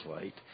light